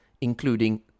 including